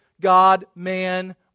God-man